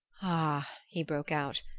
ah, he broke out,